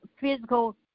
physical